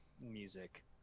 music